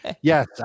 Yes